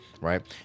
right